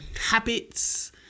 habits